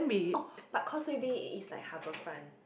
oh but Causeway Bay is like Harbourfront